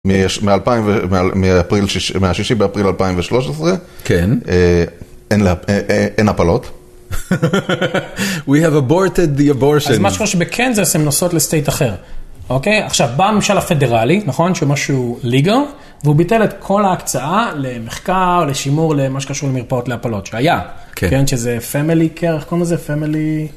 מה-6 באפריל 2013, אין הפלות. We have aborted the abortion. אז מי שתושבת בקנזס הם נוסעות לסטייט אחר. אוקיי? עכשיו, בא הממשל הפדרלי, נכון, שהוא משהו legal, והוא ביטל את כל ההקצאה למחקר, לשימור, למה שקשור למרפאות להפלות, שהיה. כן. שזה פמילי קורט...